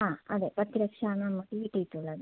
ആ അതെ പത്ത് ലക്ഷമാണ് നമുക്ക് കിട്ടിയിട്ടുള്ളത്